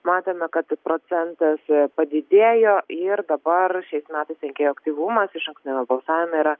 matome kad procentas padidėjo ir dabar šiais metais rinkėjų aktyvumas išankstiniame balsavime yra